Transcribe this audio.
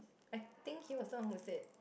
I think he was the one who said